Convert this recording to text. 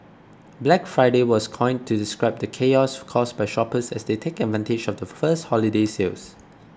Black Friday was coined to describe the chaos caused by shoppers as they take advantage of the first holiday sales